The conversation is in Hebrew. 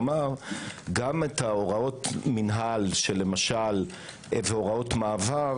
כלומר גם את הוראות המינהל והוראות מעבר